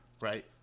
right